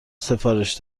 سفارش